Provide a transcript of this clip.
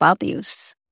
values